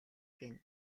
гэнэ